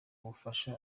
ubufasha